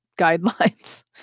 guidelines